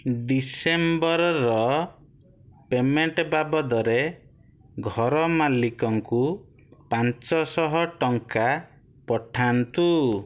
ଡିସେମ୍ବରର payment ବାବଦରେ ଘର ମାଲିକ ଙ୍କୁ ପାଞ୍ଚଶହ ଟଙ୍କା ପଠାନ୍ତୁ